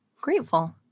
grateful